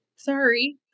Sorry